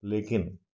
लेकिन